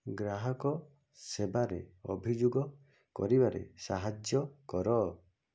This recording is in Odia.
ଗ୍ରାହକ ସେବାରେ ଅଭିଯୋଗ କରିବାରେ ସାହାଯ୍ୟ କର